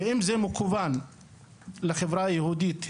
ואם זה מכוון לחברה היהודית,